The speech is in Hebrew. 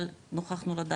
אבל נוכחנו לדעת,